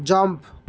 jump